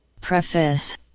Preface